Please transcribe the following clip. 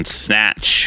snatch